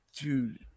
dude